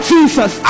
Jesus